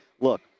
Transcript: look